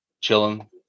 chilling